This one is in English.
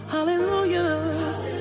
Hallelujah